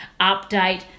update